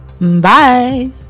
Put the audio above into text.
Bye